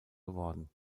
geworden